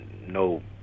no